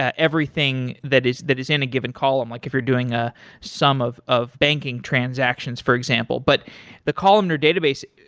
ah everything that is that is in a given column. like if you're doing ah some of of banking transactions, for example. but the columnar database,